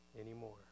anymore